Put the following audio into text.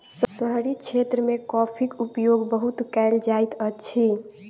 शहरी क्षेत्र मे कॉफ़ीक उपयोग बहुत कयल जाइत अछि